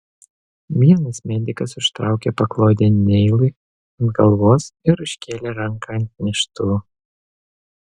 vienas medikas užtraukė paklodę neilui ant galvos ir užkėlė ranką ant neštuvų